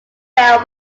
fell